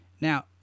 Now